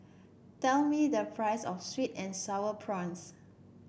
tell me the price of sweet and sour prawns